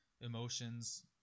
emotions